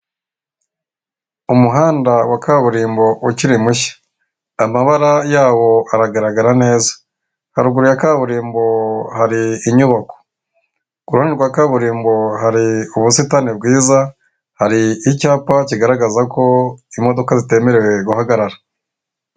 Umuhanda wa kaburimbo ukiri mushya amabara yawo aragaragara neza. Haruguru ya kaburimbo hari inyubako ku ruhande rwa kaburimbo hari ubusitani bwiza, hari icyapa kigaragaza ko imodoka zitemerewe guhagarara.